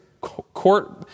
court